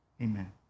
amen